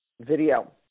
video